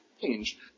change